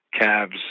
calves